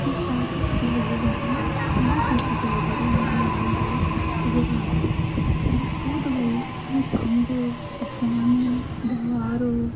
अस्पलाल घट्ट गै लेइयै जंदे न उ'ऐ देसी दोआई जेह्ड़ी उ'नें बनाई दी होंदी ऐ उ'ऐ खलांदे न ते ओह् दोआई उनें ई खंघ होग जकाम होग बखार होग